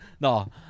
No